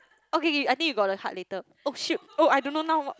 okay I think you got the heart later oh shit oh I don't know now